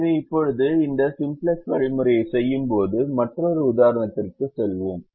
எனவே இப்போது இந்த சிம்ப்ளக்ஸ் வழிமுறையைச் செய்தபோது மற்றொரு உதாரணத்திற்கு செல்லலாம்